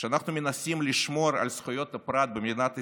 כשאנחנו מנסים לשמור על זכויות הפרט במדינת ישראל,